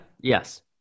Yes